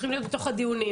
צריך להיות בתוך הדיונים.